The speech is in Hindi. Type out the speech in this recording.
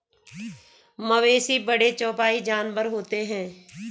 मवेशी बड़े चौपाई जानवर होते हैं